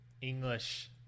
English